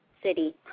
city